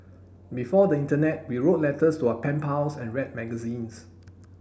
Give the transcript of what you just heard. before the internet we wrote letters to our pen pals and read magazines